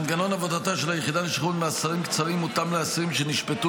מנגנון עבודתה של היחידה לשחרור ממאסרים קצרים מותאם לאסירים שנשפטו